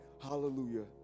hallelujah